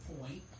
point